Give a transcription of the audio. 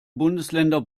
bundesländer